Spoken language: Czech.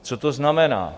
Co to znamená?